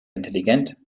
intelligent